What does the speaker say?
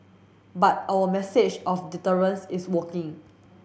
but our message of deterrence is working